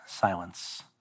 silence